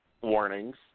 Warnings